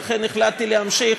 ולכן החלטתי להמשיך,